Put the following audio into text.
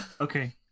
Okay